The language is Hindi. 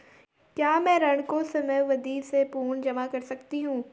क्या मैं ऋण को समयावधि से पूर्व जमा कर सकती हूँ?